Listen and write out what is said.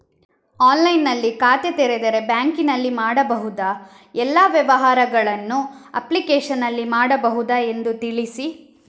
ಆನ್ಲೈನ್ನಲ್ಲಿ ಖಾತೆ ತೆರೆದರೆ ಬ್ಯಾಂಕಿನಲ್ಲಿ ಮಾಡಬಹುದಾ ಎಲ್ಲ ವ್ಯವಹಾರಗಳನ್ನು ಅಪ್ಲಿಕೇಶನ್ನಲ್ಲಿ ಮಾಡಬಹುದಾ ಎಂದು ತಿಳಿಸಿ?